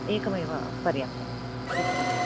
एकमेव पर्याप्तम् एकमेव